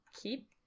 keep